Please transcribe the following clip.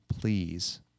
please